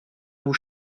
vous